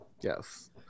Yes